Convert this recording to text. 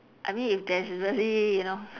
I mean if there's really you know